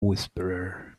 whisperer